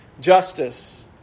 justice